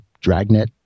Dragnet